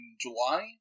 July